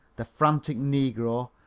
the frantic negro,